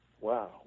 Wow